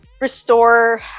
restore